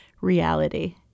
reality